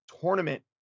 tournament